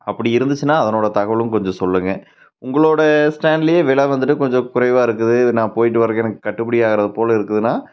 அப்படி இருந்துச்சுன்னா அதனோட தகவலும் கொஞ்சம் சொல்லுங்கள் உங்களோட ஸ்டாண்ட்லேயே விலை வந்துவிட்டு கொஞ்சம் குறைவாக இருக்குது நான் போய்ட்டு வர்றதுக்கு எனக்கு கட்டுப்படியாகிறது போல் இருக்குதுன்னா